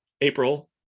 April